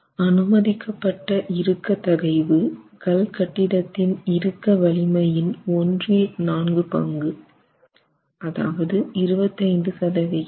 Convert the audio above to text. அனுமதிக்கப்பட்ட இறுக்க தகைவு கல்கட்டிடத்தின் இறுக்க வலிமையின் ஒன்றில் நான்கு பங்கு அதாவது 25 சதவிகிதம்